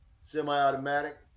semi-automatic